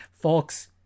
Folks